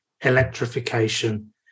electrification